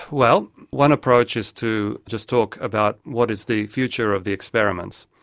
well, one approach is to just talk about what is the future of the experiments.